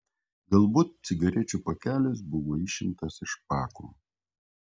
galbūt cigarečių pakelis buvo išimtas iš pako